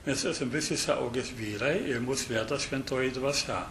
mes esam visi suaugę vyrai ir mus veda šventoji dvasia